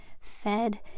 fed